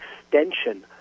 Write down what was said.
extension